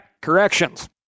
corrections